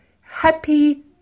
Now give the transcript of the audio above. happy